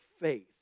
faith